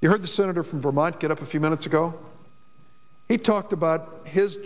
you heard the senator from vermont get up a few minutes ago he talked about his